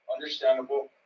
understandable